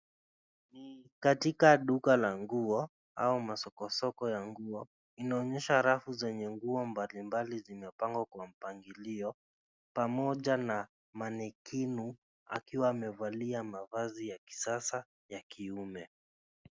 Ni katika duka la nguo au masoko soko ya nguo. Inaonyesha rafu zenye nguo mbali mbali zimepangwa kwa mpangilio pamoja na manekenu akiwa amevalia mavazi ya kisasa ya kiume.